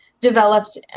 developed